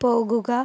പോകുക